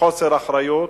בחוסר אחריות.